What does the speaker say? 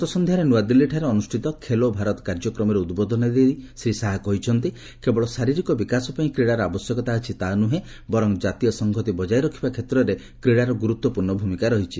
ଗତ ସନ୍ଧ୍ୟାରେ ନୂଆଦିଲ୍ଲୀଠାରେ ଅନୁଷ୍ଠିତ ଖେଲୋ ଭାରତ କାର୍ଯ୍ୟକ୍ରମରେ ଉଦ୍ବୋଧନ ଦେଇ ଶ୍ରୀ ଶାହା କହିଛନ୍ତି ଯେ କେବଳ ଶାରୀରିକ ବିକାଶ ପାଇଁ କ୍ରୀଡାର ଆବଶ୍ୟକତା ଅଛି ତାହା ନୁହେଁ ବର୍ଚ୍ଚ ଜାତୀୟ ସଂହତି ବଜାୟ ରଖିବା କ୍ଷେତ୍ରରେ କ୍ରୀଡାର ଗୁରୁତ୍ୱପୂର୍ଣ୍ଣ ଭୂମିକା ରହିଛି